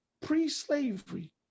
pre-slavery